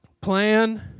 plan